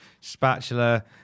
spatula